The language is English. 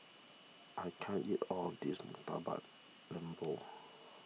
I can't eat all of this Murtabak Lembu